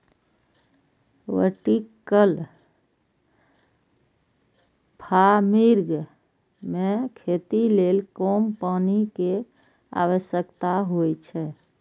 vertical farming मे खेती लेल कम पानि के आवश्यकता होइ छै